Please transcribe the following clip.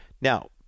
Now